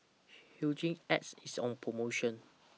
Hygin X IS on promotion